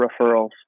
referrals